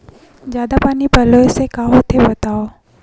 जादा पानी पलोय से का होथे बतावव?